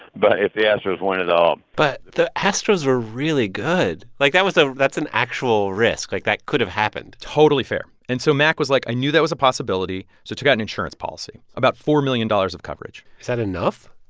but if the astros win it all but the astros are really good. like, that was ah that's an actual risk. like, that could've happened totally fair. and so mack was like, i knew that was a possibility. so he took out an insurance policy, about four million dollars of coverage is that enough?